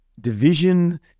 division